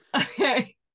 okay